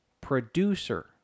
producer